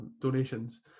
donations